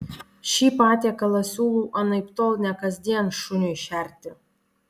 šį patiekalą siūlau anaiptol ne kasdien šuniui šerti